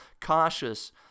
cautious